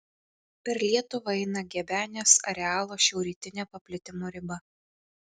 per lietuvą eina gebenės arealo šiaurrytinė paplitimo riba